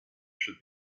should